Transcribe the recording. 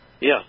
Yes